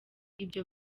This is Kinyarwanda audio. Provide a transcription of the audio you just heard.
ibyo